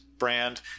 brand